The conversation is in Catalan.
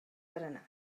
berenar